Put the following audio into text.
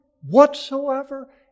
whatsoever